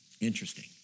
Interesting